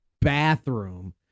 bathroom